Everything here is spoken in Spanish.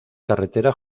carretera